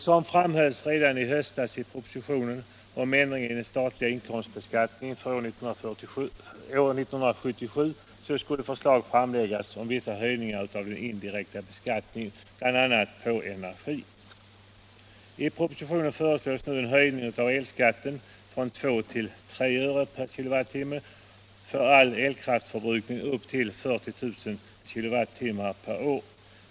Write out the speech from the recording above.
Som framhölls redan i höstas i propositionen om ändringar i den statliga inkomstbeskattningen för 1977 skulle förslag framläggas om vissa höjningar av den indirekta beskattningen, bl.a. på energin. I propositionen föreslås nu en höjning av elskatten från 2 till 3 öre per kilowattimme för all elkraftförbrukning upp till 40 000 kilowattimmar per år.